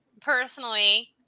personally